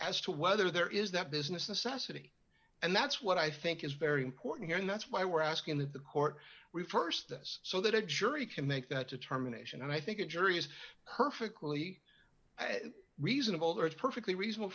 as to whether there is that business necessity and that's what i think is very important here and that's why we're asking the court reversed this so that a jury can make that determination and i think a jury is perfectly reasonable that perfectly reasonable